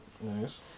Nice